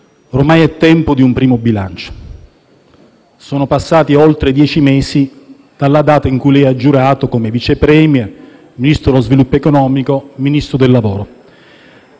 ormai è tempo di un primo bilancio. Sono passati oltre dieci mesi dalla data in cui lei ha giurato come Vice*Premier*, Ministro dello sviluppo economico e Ministro del lavoro